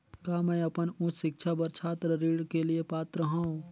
का मैं अपन उच्च शिक्षा बर छात्र ऋण के लिए पात्र हंव?